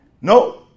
No